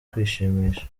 kwishimisha